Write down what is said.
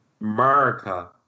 America